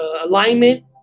alignment